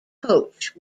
coach